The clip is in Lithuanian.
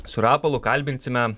su rapolu kalbinsime